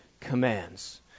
commands